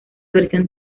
versión